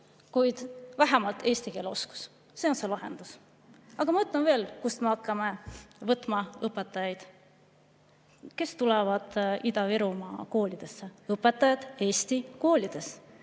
kuid vähemalt eesti keele oskus. See on see lahendus. Aga ma ütlen veel, kust me hakkame võtma õpetajaid, kes tulevad Ida-Virumaa koolidesse: need õpetajad tulevad eesti koolidest,